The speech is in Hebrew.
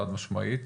חד משמעית,